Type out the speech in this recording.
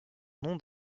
nom